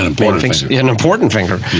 an important finger? an important finger.